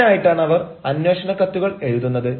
അതിനായിട്ടാണ് അവർ അന്വേഷണ കത്തുകൾ എഴുതുന്നത്